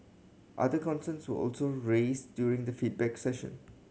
other concerns were also raised during the feedback session